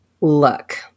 Look